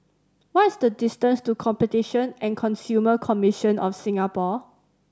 what is the distance to Competition and Consumer Commission of Singapore